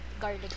garlic